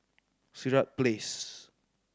Sirat Place